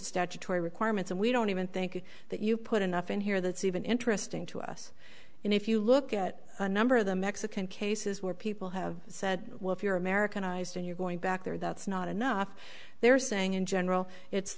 statutory requirements and we don't even think that you put enough in here that's even interesting to us and if you look at a number of the mexican cases where people have said well if you're americanised and you're going back there that's not enough they're saying in general it's